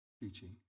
teaching